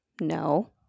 no